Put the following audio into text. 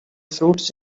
fruits